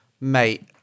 Mate